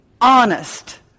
honest